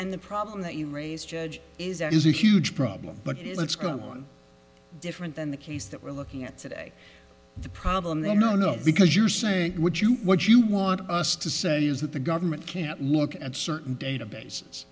and the problem that you raise judge is that is a huge problem but it's going on different than the case that we're looking at today the problem then no no because you say what you what you want us to say is that the government can't look at certain databases